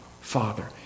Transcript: Father